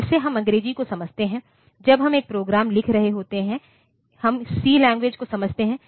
तो जैसे हम अंग्रेजी को समझते हैं जब हम एक प्रोग्राम लिख रहे होते हैं हम सी लैंग्वेज को समझते हैं